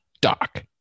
Doc